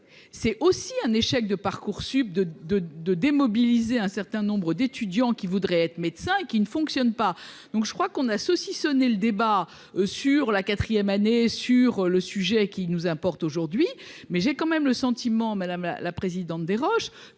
c'est aussi un échec de Parcoursup de, de, de démobiliser un certain nombre d'étudiants qui voudraient être médecins qui ne fonctionne pas, donc je crois qu'on a saucissonné le débat sur la quatrième année sur le sujet qui nous importe aujourd'hui mais j'ai quand même le sentiment, madame la présidente des roches